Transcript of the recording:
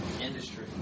industry